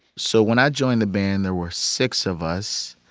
so when i joined the band, there were six of us.